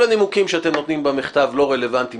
כל הנימוקים שאתם נותנים במכתב לא רלוונטיים